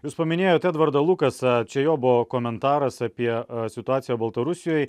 jūs paminėjot edvardą lukasą čia jo buvo komentaras apie situaciją baltarusijoj